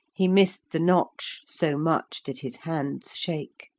he missed the notch, so much did his hands shake.